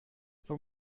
for